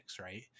right